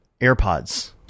AirPods